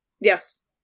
Yes